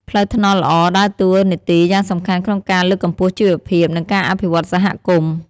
ផ្លូវថ្នល់ល្អដើរតួនាទីយ៉ាងសំខាន់ក្នុងការលើកកម្ពស់ជីវភាព និងការអភិវឌ្ឍសហគមន៍។